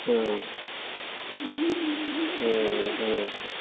ओं अ अ